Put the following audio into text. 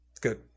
good